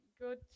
Good